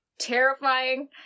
terrifying